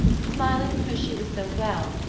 smiling because she was so well,